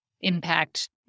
impact